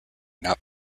not